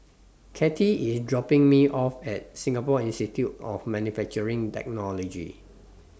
Kathy IS dropping Me off At Singapore Institute of Manufacturing Technology